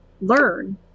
learn